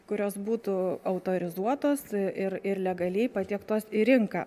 kurios būtų autorizuotos ir ir legaliai patiektos į rinką